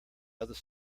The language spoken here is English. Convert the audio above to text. other